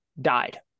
died